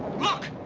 look!